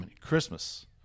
Christmas